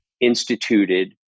instituted